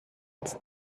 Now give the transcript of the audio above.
its